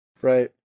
Right